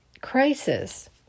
crisis